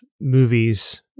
movies